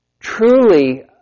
Truly